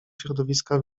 środowiska